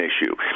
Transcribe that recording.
issue